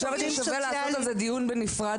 שווה לעשות על זה דיון בנפרד,